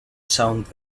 sound